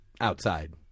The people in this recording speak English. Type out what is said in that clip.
outside